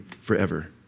forever